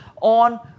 on